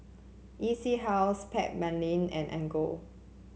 E C House Backpedic and Anchor